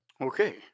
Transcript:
Okay